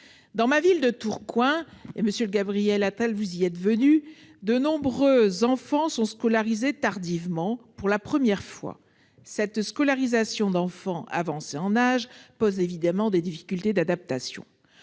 êtes venu récemment, monsieur le secrétaire d'État -, de nombreux enfants sont scolarisés tardivement pour la première fois. Cette scolarisation d'enfants avancés en âge pose évidemment des difficultés d'adaptation.